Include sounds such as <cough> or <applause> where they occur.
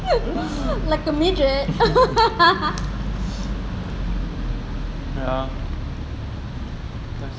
<laughs> like a midget <laughs>